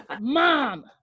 Mom